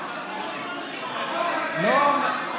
מה שהוא יעשה, לא.